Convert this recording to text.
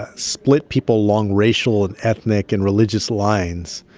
ah split people along racial and ethnic and religious lines.